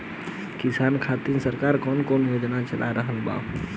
किसान खातिर सरकार क कवन कवन योजना चल रहल बा?